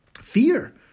fear